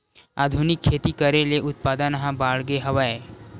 आधुनिक खेती करे ले उत्पादन ह बाड़गे हवय